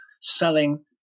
selling